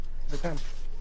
תגיד לי בכנות,